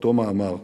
באותו מאמר: